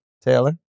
Taylor